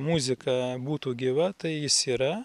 muzika būtų gyva tai jis yra